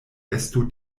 estu